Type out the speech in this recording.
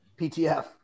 ptf